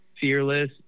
fearless